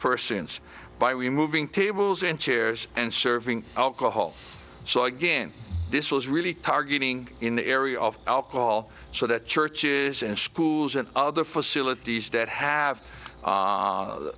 persons by removing tables and chairs and serving alcohol so again this was really targeting in the area of alcohol so that churches and schools and other facilities that have